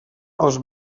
els